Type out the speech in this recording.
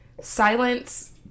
silence